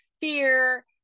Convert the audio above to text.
fear